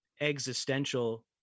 existential